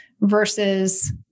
versus